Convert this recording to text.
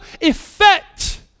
effect